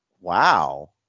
wow